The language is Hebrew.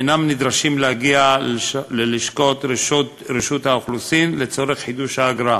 אינם נדרשים להגיע ללשכות רשות האוכלוסין לצורך חידוש האשרה.